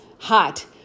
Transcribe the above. Hot